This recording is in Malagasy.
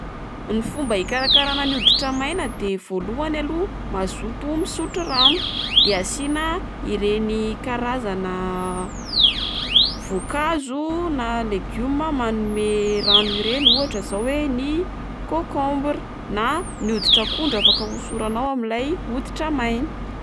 Ny fomba hikarakarana ny hoditra maina de voalohany aloha mazoto misotro rano, de asiana ireny karazana voankazo na legioma manome rano ireny ohatra zao oe ny kaokaombra, na ny hoditra akondro afaka hosoranao amin'ilay hoditra maina.